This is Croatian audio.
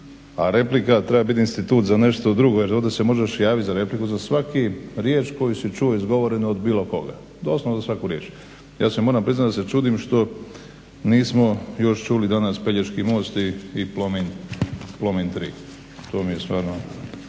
A replika treba biti institut za nešto drugo jer ovdje se možeš javiti za repliku za svaku riječ koju si čuo izgovorenu od bilo koga doslovno svaku riječ. Ja moram priznati da se čudim što nismo još čuli danas Pelješki most i Plomin 3, to mi je stvarno,